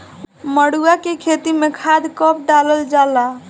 मरुआ के खेती में खाद कब डालल जाला?